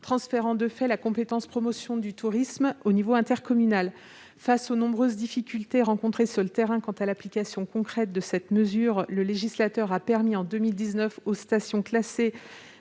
transférant de fait la compétence « promotion du tourisme » au niveau intercommunal. Face aux nombreuses difficultés rencontrées sur le terrain quant à l'application concrète de cette mesure, en 2019, le législateur a permis aux stations classées